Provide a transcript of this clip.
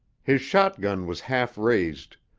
his shotgun was half raised,